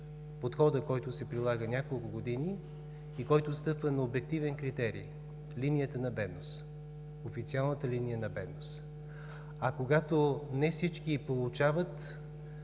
който се прилага няколко години и който стъпва на обективен критерий – официалната линия на бедност. Когато не всички получават